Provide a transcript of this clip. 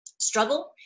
struggle